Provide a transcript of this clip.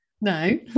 No